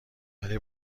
ولی